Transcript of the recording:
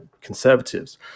conservatives